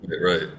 Right